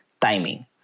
timing